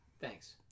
Thanks